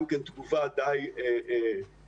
גם כן תגובה די עלובה,